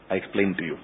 I explain to you